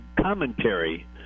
commentary